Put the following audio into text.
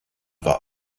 war